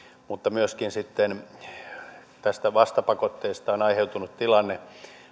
mutta myöskin sitten näistä vastapakotteista on aiheutunut tilanne